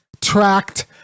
tracked